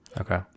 okay